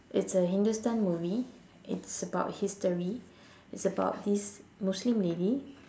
it's a hindustan movie it's about history it's about this Muslim lady